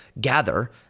gather